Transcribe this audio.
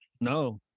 No